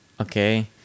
Okay